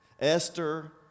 Esther